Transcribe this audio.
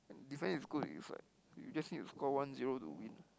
defense is good it's like you just need to score one zero to win